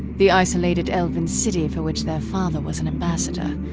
the isolated elven city for which their father was an ambassador.